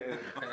כן.